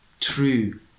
true